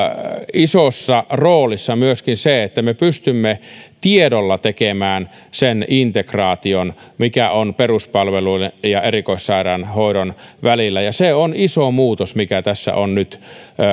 isossa roolissa myöskin se että me pystymme tiedolla tekemään sen integraation mikä on peruspalvelujen ja erikoissairaanhoidon välillä ja se on iso muutos mikä tässä on nyt